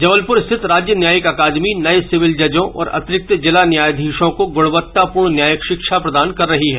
जबलपुर स्थित राज्य न्यायिक अकादमी नए सिविल जजों और अतिरिक्त जिला न्यायाधीशों को गुणवत्ता पूर्ण न्यायिक शिक्षा प्रदान कर रही है